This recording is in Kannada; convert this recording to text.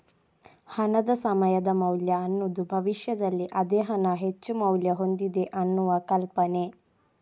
ಹಣದ ಸಮಯದ ಮೌಲ್ಯ ಅನ್ನುದು ಭವಿಷ್ಯದಲ್ಲಿ ಅದೇ ಹಣ ಹೆಚ್ಚು ಮೌಲ್ಯ ಹೊಂದಿದೆ ಅನ್ನುವ ಕಲ್ಪನೆ